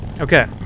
Okay